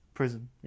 prison